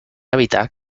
evitar